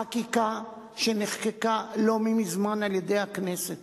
חקיקה שנחקקה לא מזמן על-ידי הכנסת